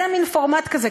זה מין פורמט כזה,